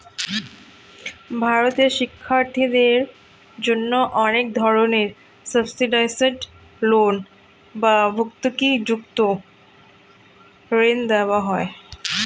ভারতে শিক্ষার্থীদের জন্য অনেক ধরনের সাবসিডাইসড লোন বা ভর্তুকিযুক্ত ঋণ দেওয়া হয়